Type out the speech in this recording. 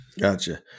Gotcha